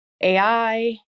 AI